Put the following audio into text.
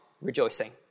rejoicing